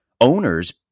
owners